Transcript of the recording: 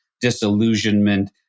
disillusionment